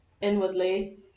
inwardly